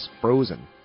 Frozen